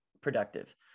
productive